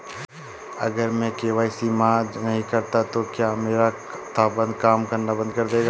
अगर मैं के.वाई.सी जमा नहीं करता तो क्या मेरा खाता काम करना बंद कर देगा?